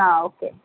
okay